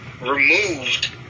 removed